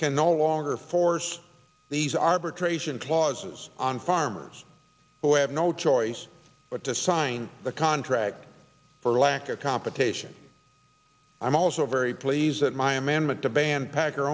can no longer force these arbitration clauses on farmers who have no choice but to sign the contract for lack of computation i'm also very pleased that my amendment to ban packer